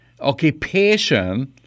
occupation